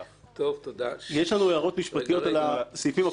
יש לנו הערות משפטיות לסעיפים הקודמים.